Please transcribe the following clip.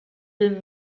deux